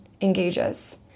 engages